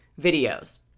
videos